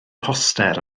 poster